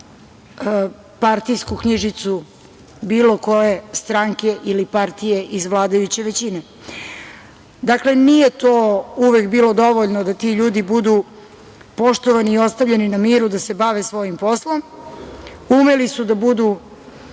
partijsku knjižicu bilo koje stranke ili partije iz vladajuće većine. Dakle, nije to uvek bilo dovoljno da ti ljudi budu poštovani i ostavljeni na miru da se bave svojim poslom. Umeli su da budu